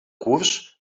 curs